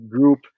group